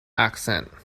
accent